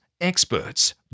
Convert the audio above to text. experts